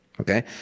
okay